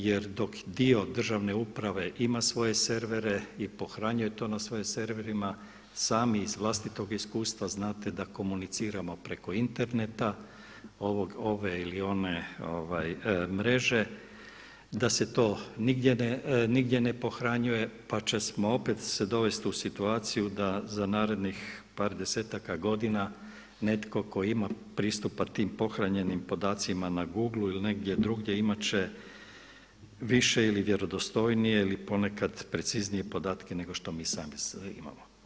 Jer dok dio državne uprave ima svoje servere i pohranjuje to na svojim serverima sami iz vlastitog iskustva znate da komuniciramo preko interneta ove ili one mreže, da se to nigdje ne pohranjuje, pa ćemo se opet dovesti u situaciju da za narednih par desetaka godina netko tko ima pristupa tim pohranjenim podacima na Googlu ili negdje drugdje imat će više ili vjerodostojnije ili ponekad preciznije podatke nego što mi sami imamo.